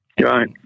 Right